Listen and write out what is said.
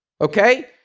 okay